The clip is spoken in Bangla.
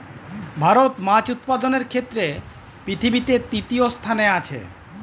ভারত মাছ উৎপাদনের ক্ষেত্রে পৃথিবীতে তৃতীয় স্থানে আছে